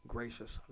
Gracious